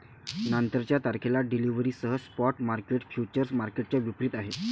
नंतरच्या तारखेला डिलिव्हरीसह स्पॉट मार्केट फ्युचर्स मार्केटच्या विपरीत आहे